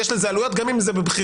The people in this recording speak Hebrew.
יש על זה עלויות גם אם זה בבחירתו,